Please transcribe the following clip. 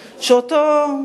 שאותו,